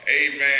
Amen